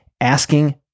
asking